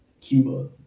Cuba